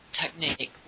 technique